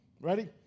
Ready